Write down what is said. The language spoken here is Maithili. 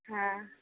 हँ